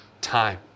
time